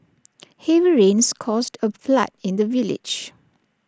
heavy rains caused A flood in the village